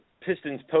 Pistons